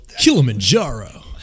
Kilimanjaro